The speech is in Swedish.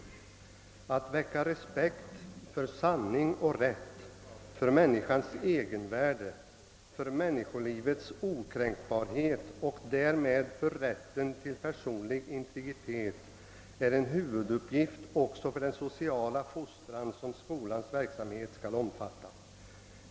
Att väcka respekt för sanning och rätt, för människans egenvärde, för människolivets okränkbarhet och därmed för rätten till personlig integritet är en huvuduppgift också för den sociala fostran som skolans verksamhet skall omfatta.